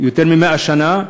אחרי יותר מ-100 שנה,